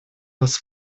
вас